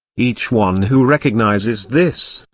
each one who recognises this,